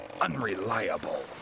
unreliable